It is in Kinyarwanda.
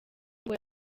ngo